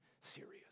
serious